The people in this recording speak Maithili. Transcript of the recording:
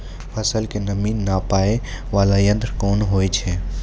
फसल के नमी नापैय वाला यंत्र कोन होय छै